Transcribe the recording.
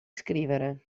scrivere